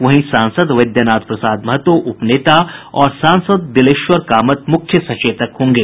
वहीं सांसद वैद्यनाथ प्रसाद महतो उप नेता और सांसद दिलेश्वर कामैत मुख्य सचेतक होंगे